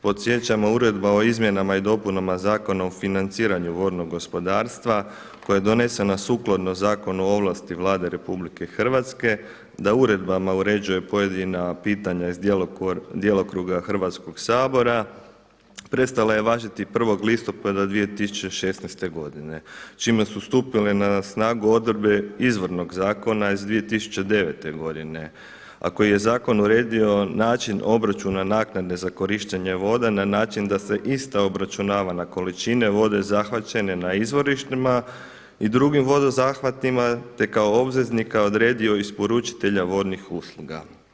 Podsjećamo Uredba o izmjenama i dopunama Zakona o financiranju vodnog gospodarstva koja je donesena sukladno Zakonu o ovlasti Vlade RH, da uredbama uređuje pojedina pitanja iz djelokruga Hrvatskog sabora, prestala je važiti 1. listopada 2016. godine, čime su stupile na snagu odredbe izvornog zakona iz 2009. godine, a koji je zakon uredio način obračuna naknade za korištenje voda na način da se ista obračunavana količina vode zahvaćene na izvorištima i drugim vodozahvatima, te kao obveznika odredio isporučitelja vodnih usluga.